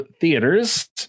theaters